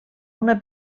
una